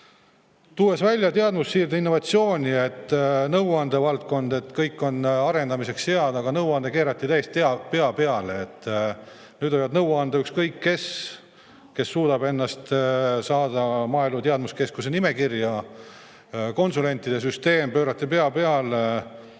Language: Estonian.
Toon välja teadmussiirde ja innovatsiooni nõuandevaldkonnas. See kõik on arendamiseks hea, aga nõuanne keerati täiesti pea peale. Nüüd võib nõu anda ükskõik kes, kes suudab saada ennast Maaelu Teadmuskeskuse nimekirja. Konsulentide süsteem pöörati pea peale.